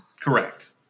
Correct